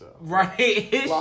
Right